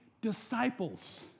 disciples